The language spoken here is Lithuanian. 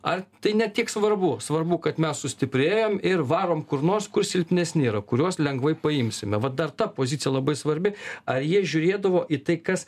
ar tai ne tiek svarbu svarbu kad mes sustiprėjam ir varom kur nors kur silpnesni yra kuriuos lengvai paimsime vat dar ta pozicija labai svarbi ar jie žiūrėdavo į tai kas